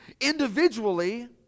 individually